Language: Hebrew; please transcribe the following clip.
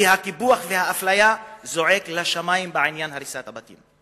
כי הקיפוח והאפליה זועקים לשמים בעניין הריסת הבתים.